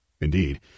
Indeed